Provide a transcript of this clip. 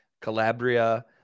Calabria